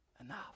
Enough